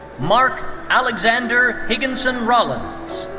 marc alexander higginson-rollins.